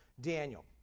Daniel